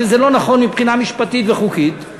שזה לא נכון מבחינה משפטית וחוקית.